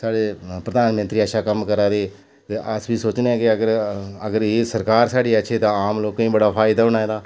ते साढ़े प्रधानमंत्री अच्छा कम्म करै दे ते अस बी सोचने आं कि अगर अगर एह् सरकार साढ़ी अच्छी ऐ ते आम लोकें गी बी बड़ा फायदा होना एह्दा